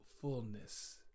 fullness